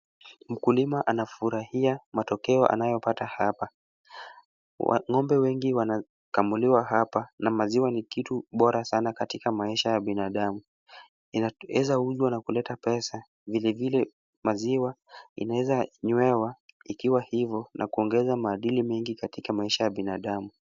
Mkulima anafurahia matokeo anayopata hapa. Ng'ombe wengi wanakamuliwa hapa na maziwa ni kitu muhimu sana katika maisha ya binadamu. Inaweza uzwa na kuleta pesa, vile vile maziwa inaweza nywewa ikiwa hivo na kuongeza maadili mengi katika maisha ya binadamu.